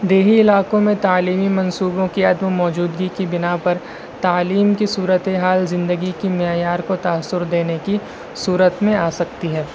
دیہی علاقوں میں تعلیمی منصوبوں کی عدم موجودگی کی بنا پر تعلیم کی صورتِحال زندگی کی معیار کو تاثر دینے کی صورت میں آ سکتی ہے